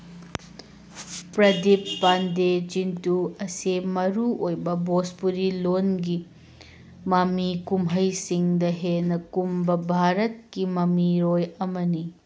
ꯄ꯭ꯔꯗꯤꯞ ꯄꯥꯟꯗꯦ ꯆꯤꯟꯇꯨ ꯑꯁꯦ ꯃꯔꯨ ꯑꯣꯏꯕ ꯕꯣꯁꯄꯨꯔꯤ ꯂꯣꯟꯒꯤ ꯃꯃꯤ ꯀꯨꯝꯍꯩꯁꯤꯡꯗ ꯍꯦꯟꯅ ꯀꯨꯝꯕ ꯚꯥꯔꯠꯀꯤ ꯃꯃꯤꯔꯣꯏ ꯑꯃꯅꯤ